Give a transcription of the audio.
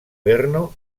brno